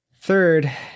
Third